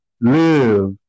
live